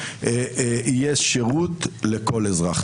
יהיה שירות לכל אזרח.